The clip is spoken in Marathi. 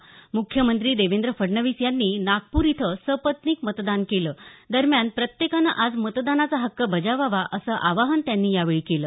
म्ख्यमंत्री देवेंद्र फडणवीस यांनी नागप्र इथं सपत्नीक मतदान केलं दरम्यान प्रत्येकानं आज मतदानाचा हक्क बजावावा असं आवाहन त्यांनी यावेळी केलं